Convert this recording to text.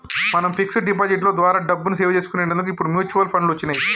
మనం fix deposit లో ద్వారా డబ్బుని సేవ్ చేసుకునేటందుకు ఇప్పుడు మ్యూచువల్ ఫండ్లు వచ్చినియ్యి